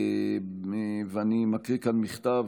ואני מקריא כאן מכתב